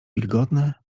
wilgotne